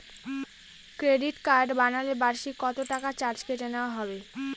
Credit card বানালে বার্ষিক কত টাকা চার্জ কেটে নেওয়া হবে?